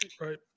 Right